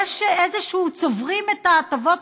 צוברים את ההטבות,